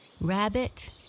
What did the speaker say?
Rabbit